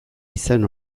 izan